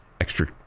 extra